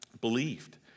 believed